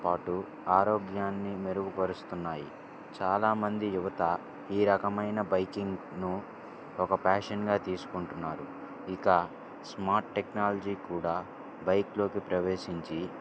పాటు ఆరోగ్యాన్ని మెరుగుపరుస్తున్నాయి చాలామంది యువత ఈ రకమైన బైకింగ్కు ఒక ప్యాషన్గా తీసుకుంటున్నారు ఇక స్మార్ట్ టెక్నాలజీ కూడా బైక్లోకి ప్రవేశించి